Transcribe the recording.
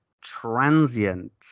Transient